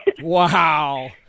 wow